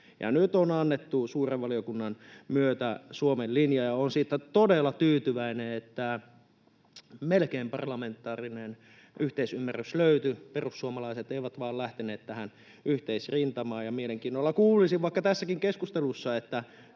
Nyt on annettu suuren valiokunnan myötä Suomen linja, ja olen siitä todella tyytyväinen, että parlamentaarinen yhteisymmärrys melkein löytyi — vain perussuomalaiset eivät lähteneet tähän yhteisrintamaan. Mielenkiinnolla kuulisin, vaikka tässäkin keskustelussa, että